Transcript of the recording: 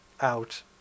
out